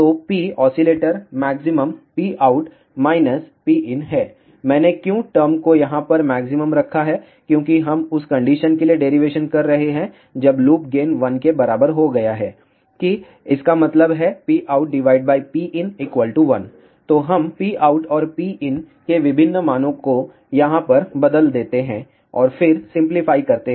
तो P oscillator maximum Pout Pinहै मैंने क्यों टर्म को यहां पर मैक्सिमम रखा है क्योंकि हम उस कंडीशन के लिए डेरिवेशन कर रहे हैं जब लूप गेन 1 के बराबर हो गया है कि इसका मतलब है PoutPin1 तो हम Pout और Pin के विभिन्न मानों को यहाँ पर बदल देते हैं और फिर सिंपलीफाई करते हैं